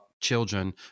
children